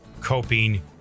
coping